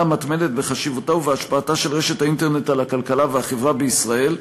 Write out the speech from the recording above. המתמדת בחשיבותה ובהשפעתה של רשת האינטרנט על הכלכלה והחברה בישראל,